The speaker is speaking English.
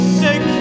sick